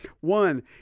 one